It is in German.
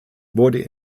wurde